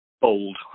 Bold